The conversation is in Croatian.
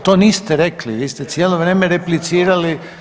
A to niste rekli, vi ste cijelo vrijeme replicirali.